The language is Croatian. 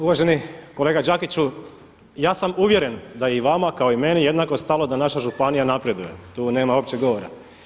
Uvaženi kolega Đakiću, ja sam uvjeren da je i vama kao i meni jednako stalo da naša županija napreduje, tu nema uopće govora.